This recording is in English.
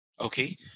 Okay